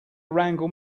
wrangle